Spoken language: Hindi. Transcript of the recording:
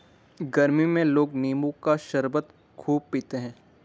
गरमी में लोग नींबू का शरबत खूब पीते है